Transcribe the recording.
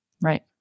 Right